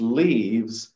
leaves